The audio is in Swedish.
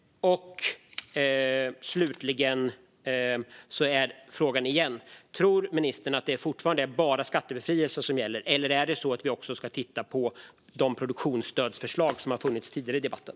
Slutligen är frågan igen: Tror ministern att det fortfarande bara är skattebefrielse som ska gälla, eller ska vi också titta på de produktionsstödsförslag som har funnits tidigare i debatten?